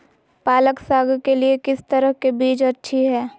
पालक साग के लिए किस तरह के बीज अच्छी है?